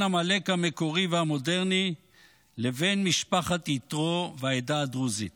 עמלק המקורי והמודרני לבין משפחת יתרו והעדה הדרוזית.